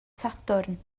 sadwrn